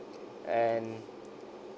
and